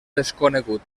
desconegut